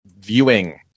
viewing